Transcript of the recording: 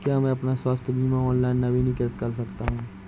क्या मैं अपना स्वास्थ्य बीमा ऑनलाइन नवीनीकृत कर सकता हूँ?